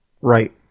Right